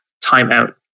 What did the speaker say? timeout